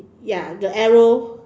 ya the arrow